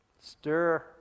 Stir